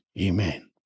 Amen